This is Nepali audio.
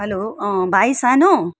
हेलो भाइ सानु